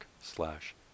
slash